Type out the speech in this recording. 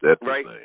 right